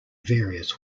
various